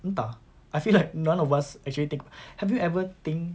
entah I feel like none of us actually think have you ever think